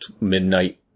midnight